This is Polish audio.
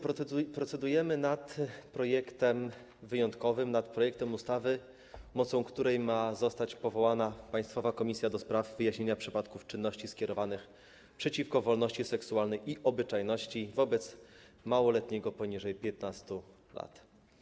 Procedujemy nad projektem wyjątkowym, nad projektem ustawy, na mocy której ma zostać powołana Państwowa Komisja do spraw wyjaśniania przypadków czynności skierowanych przeciwko wolności seksualnej i obyczajności wobec małoletniego poniżej lat 15.